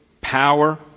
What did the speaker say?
power